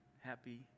Happy